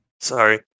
Sorry